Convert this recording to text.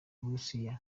burusiya